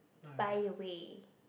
by the way